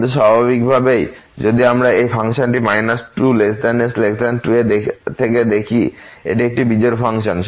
কিন্তু স্বাভাবিকভাবেই যদি আমরা এই ফাংশনটি 2 x 2 থেকে দেখি এটি একটি বিজোড় ফাংশন